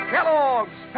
Kellogg's